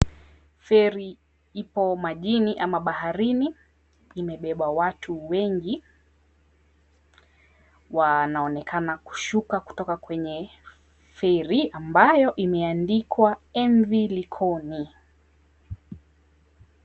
Feri ipo majini ama baharini. Imebeba watu wengi. Wanaonekana kushuka kwenye feri ambayo imeandikwa Mv Likoni.